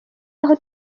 naho